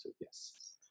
Yes